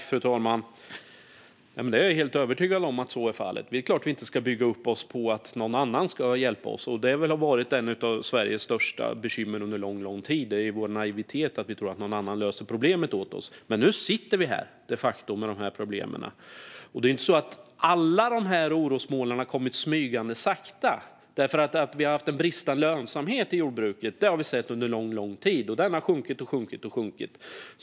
Fru talman! Jag är helt övertygad om att så är fallet. Det är klart att vi inte ska bygga detta på att någon annan ska hjälpa oss. Det har varit ett av Sveriges största bekymmer under lång tid: vår naivitet, vår tro på att någon annan ska lösa problemen åt oss. Men nu sitter vi de facto med de här problemen. Det är inte så att alla orosmolnen har kommit smygande sakta. Vi har haft bristande lönsamhet i jordbruket under lång tid. Den har sjunkit och sjunkit.